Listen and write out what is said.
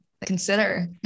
consider